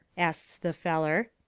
asts the feller.